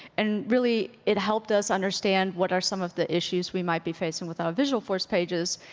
and really, it helped us understand what are some of the issues we might be facing with our visualforce pages.